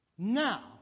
Now